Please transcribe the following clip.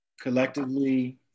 collectively